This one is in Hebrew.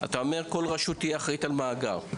שכל רשות תהיה אחראית על המג״ר,